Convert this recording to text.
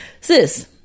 sis